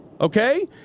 Okay